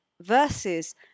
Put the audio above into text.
versus